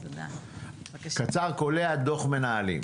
קצר, קולע, דוח מנהלים.